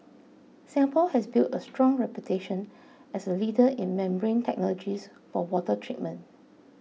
Singapore has built a strong reputation as a leader in membrane technologies for water treatment